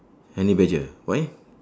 honey badger why